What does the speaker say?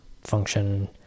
function